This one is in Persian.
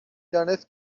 دانست